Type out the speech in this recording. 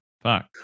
fuck